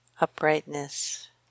uprightness